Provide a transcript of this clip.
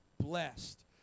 blessed